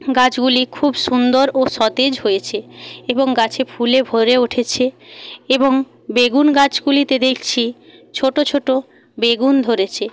গাছগুলি খুব সুন্দর ও সতেজ হয়েছে এবং গাছে ফুলে ভরে উঠেছে এবং বেগুন গাছগুলিতে দেখছি ছোট ছোট বেগুন ধরেছে